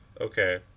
okay